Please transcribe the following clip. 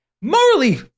Morally